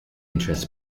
interests